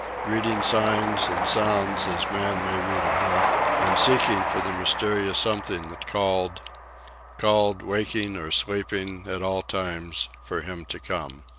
reading signs and sounds as man may read a book, and seeking for the mysterious something that called called, waking or sleeping, at all times, for him to come.